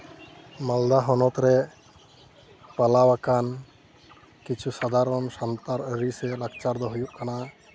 ᱢᱟᱞᱫᱟ ᱦᱚᱱᱚᱛ ᱨᱮ ᱯᱟᱞᱟᱣ ᱟᱠᱟᱱ ᱠᱤᱪᱷᱩ ᱥᱟᱫᱷᱟᱨᱚᱱ ᱥᱟᱱᱛᱟᱲ ᱟᱹᱨᱤ ᱥᱮ ᱞᱟᱠᱪᱟᱨ ᱫᱚ ᱦᱩᱭᱩᱜ ᱠᱟᱱᱟ